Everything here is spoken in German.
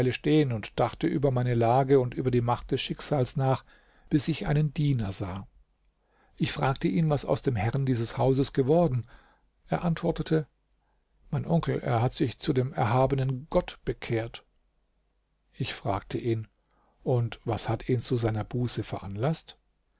stehen und dachte über meine lage und über die macht des schicksals nach bis ich einen diener sah ich fragte ihn was aus dem herrn dieses hauses geworden er antwortete mein onkel er hat sich zu dem erhabenen gott bekehrt ich fragte ihn und was hat ihn zu seiner buße veranlaßt